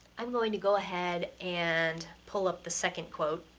i'm going to go ahead and pull up the second quote.